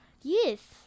Yes